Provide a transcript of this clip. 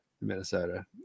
minnesota